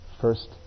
first